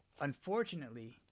unfortunately